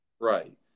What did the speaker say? Right